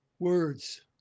words